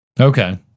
Okay